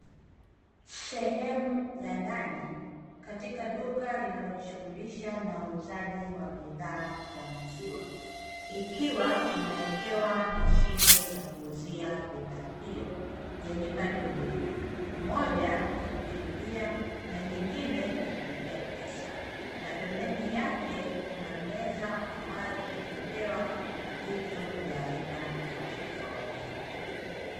Sehemu ya ndani katika duka linalojishughulisha na uuzaji wa bidhaa ya maziwa, ikiwa imewekewa mashine ya kuuzia bidhaa hiyo yenye pande mbili; moja ya kukingia na nyingine ya kuwekea pesa. Na kwa pembeni yake kuna meza ambayo imewekewa vitu vya aina tofautitofauti.